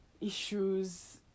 issues